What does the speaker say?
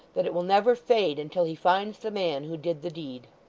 that it will never fade until he finds the man who did the deed